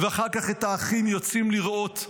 אחר כך את האחים יוצאים לרעות,